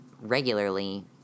regularly